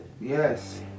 yes